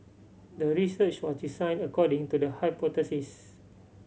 the research was designed according to the hypothesis